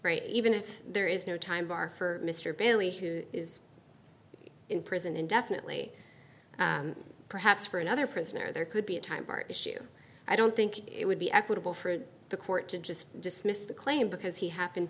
great even if there is no time bar for mr bailey who is in prison indefinitely perhaps for another prisoner there could be a time or issue i don't think it would be equitable for the court to just dismiss the claim because he happened